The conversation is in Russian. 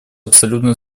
абсолютно